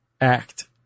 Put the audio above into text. act